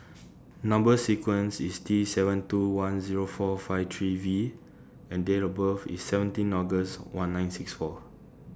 Number sequence IS T seven two one Zero four five three V and Date of birth IS seventeen August one nine six four